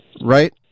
right